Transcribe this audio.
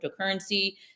cryptocurrency